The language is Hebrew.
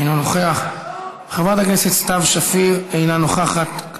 אינו נוכח, חברת הכנסת סתיו שפיר, אינה נוכחת.